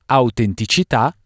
autenticità